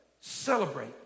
celebrate